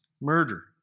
murder